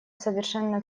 совершенно